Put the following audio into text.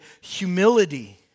humility